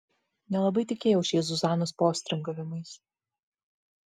nelabai tikėjau šiais zuzanos postringavimais